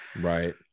right